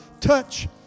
touch